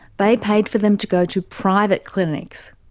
they paid for them to go to private clinics.